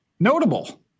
Notable